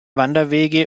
wanderwege